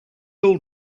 all